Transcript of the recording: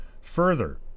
Further